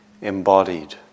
embodied